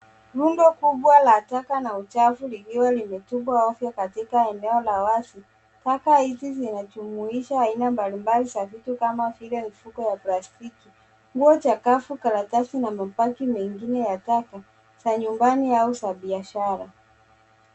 Rundo kubwa la taka na uchafu likiwa limetupwa ovyo katika eneo la wazi. Taka hizi zinajumuisha aina mbalimbali za vitu kama vile mfuko ya plastiki, nguo chakafu, karatasi na mabaki mengine ya taka za nyumbani au za biashara.